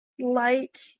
light